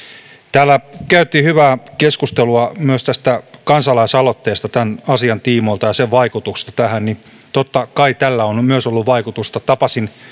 täällä käytiin hyvää keskustelua myös kansalaisaloitteesta tämän asian tiimoilta ja sen vaikutuksista tähän totta kai myös tällä on ollut vaikutusta tapasin